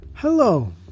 hello